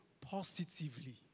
positively